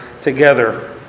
together